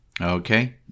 Okay